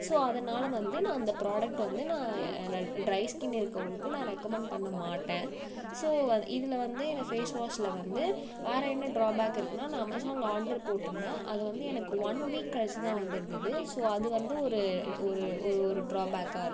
so அதனால் வந்து நான் அந்த ப்ராடக்ட் வந்து நான் எ ட்ரை ஸ்கின் இருக்கவங்களுக்கு நான் ரெக்கமண்ட் பண்ண மாட்டேன் ஸோ அது இதில் வந்து இந்த ஃபேஸ் வாஷில் வந்து வேற என்ன ட்ரா பேக் இருக்குன்னா நான் அமேஸானில் ஆட்ரு போட்டுருந்தேன் அதை வந்து எனக்கு ஒன் வீக் கழித்து தான் வந்துருந்துது ஸோ அது வந்து ஒரு ஒரு ஒரு ஒரு ட்ரா பேக்கா இருக்குது